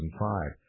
2005